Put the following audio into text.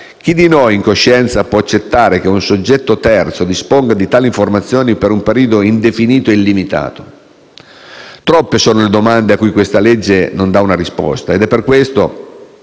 Chi di noi, in coscienza, può accettare che un soggetto terzo disponga di tali informazioni per un periodo indefinito e illimitato? Troppe sono le domande a cui questa legge non dà una risposta. Ed è per questo